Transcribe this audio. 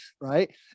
Right